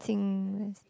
Jing